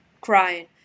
crying